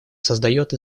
создает